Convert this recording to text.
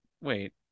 Wait